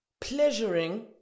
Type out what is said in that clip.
pleasuring